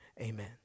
Amen